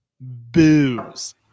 booze